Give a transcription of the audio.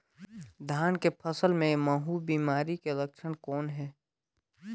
धान के फसल मे महू बिमारी के लक्षण कौन हे?